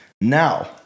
now